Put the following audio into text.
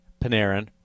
Panarin